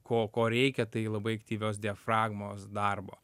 ko ko reikia tai labai aktyvios diafragmos darbo